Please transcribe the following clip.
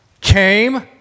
came